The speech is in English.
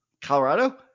Colorado